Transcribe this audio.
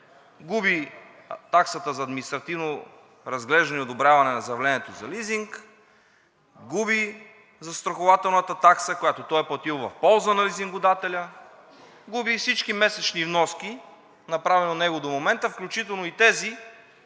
губи таксата за административно разглеждане и одобряване на заявлението за лизинг, губи застрахователната такса, която той е платил в полза на лизингодателя, губи всички месечни вноски, направени от него до момента, включително и тези,